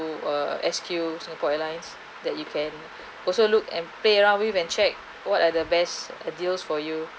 to uh S_Q Singapore Airlines that you can also look and pay lah with and check what are the best uh deals for you